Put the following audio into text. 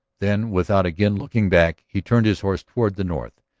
then, without again looking back, he turned his horse toward the north.